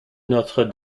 notre